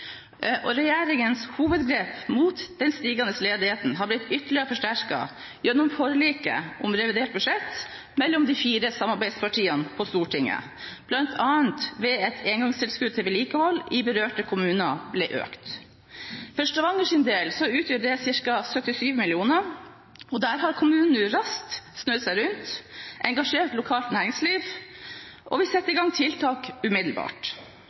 Regjeringens hovedgrep mot den stigende ledigheten har blitt ytterligere forsterket gjennom forliket om revidert budsjett mellom de fire samarbeidspartiene på Stortinget, bl.a. ved at engangstilskuddet til vedlikehold i berørte kommuner ble økt. For Stavangers del utgjør det ca. 77 mill. kr. Kommunen har raskt snudd seg rundt, engasjert lokalt næringsliv og vil sette i gang tiltak umiddelbart.